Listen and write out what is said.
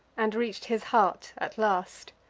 and reach'd his heart at last.